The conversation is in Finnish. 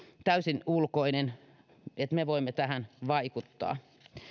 täysin ulkoista vaan me voimme tähän vaikuttaa